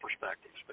perspectives